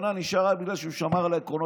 שנה נשאר רק בגלל שהוא שמר על העקרונות,